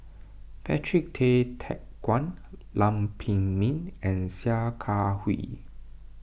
Patrick Tay Teck Guan Lam Pin Min and Sia Kah Hui